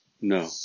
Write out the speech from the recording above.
No